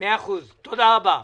מאה אחוז, תודה רבה.